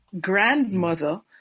grandmother